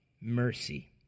mercy